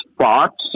spots